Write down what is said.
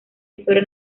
historia